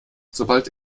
sobald